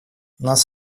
нас